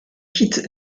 quitte